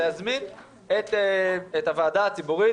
להזמין את הוועדה הציבורית,